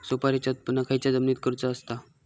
सुपारीचा उत्त्पन खयच्या जमिनीत करूचा असता?